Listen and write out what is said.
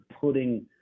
putting –